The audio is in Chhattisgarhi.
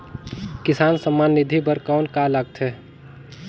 किसान सम्मान निधि बर कौन का लगथे?